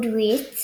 Goodreads